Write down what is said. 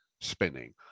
spinning